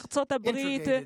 ארצות הברית,